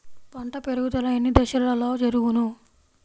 పంట పెరుగుదల ఎన్ని దశలలో జరుగును?